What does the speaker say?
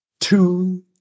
two